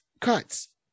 cuts